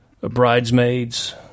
Bridesmaids